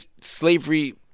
slavery